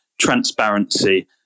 transparency